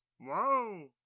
Whoa